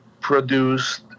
produced